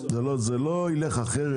זה לא ילך אחרת.